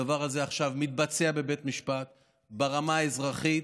הדבר הזה עכשיו מתבצע בבית המשפט ברמה האזרחית,